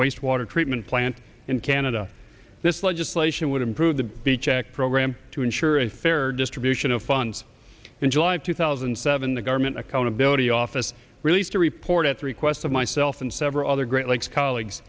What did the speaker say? wastewater treatment plant in canada this legislation would improve the b check program to ensure a fair distribution of funds in july of two thousand and seven the government accountability office released a report at the request of myself and several other great lakes colleagues